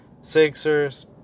Sixers